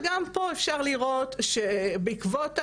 גם פה אפשר לראות שבעקבות הלידה,